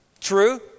true